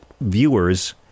viewers